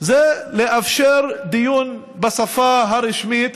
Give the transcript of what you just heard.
זה לאפשר דיון בשפה הרשמית,